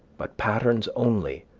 but patterns only,